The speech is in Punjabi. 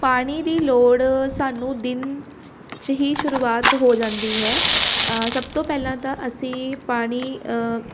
ਪਾਣੀ ਦੀ ਲੋੜ ਸਾਨੂੰ ਦਿਨ 'ਚ ਹੀ ਸ਼ੁਰੂਆਤ ਹੋ ਜਾਂਦੀ ਹੈ ਸਭ ਤੋਂ ਪਹਿਲਾਂ ਤਾਂ ਅਸੀਂ ਪਾਣੀ